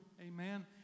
Amen